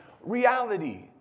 reality